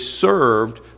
served